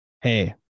hey